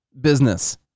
business